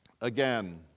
again